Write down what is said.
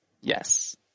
Yes